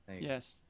yes